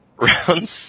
Round